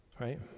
right